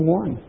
one